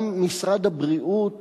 גם משרד הבריאות